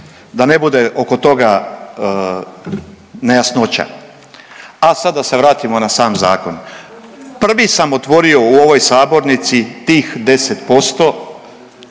da ne bude oko toga nejasnoća. A sad da se vratimo na sam zakon. Prvi sam otvorio u ovoj sabornici tih 10%